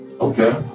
Okay